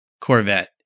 Corvette